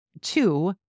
Two